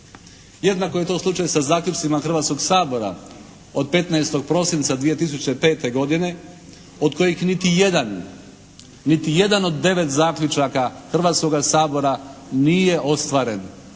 Jednako je to slučaj sa zaključcima Hrvatskoga sabora od 15. prosinca 2005. godine od kojih niti jedan od 9 zaključaka Hrvatskoga sabora nije ostvaren.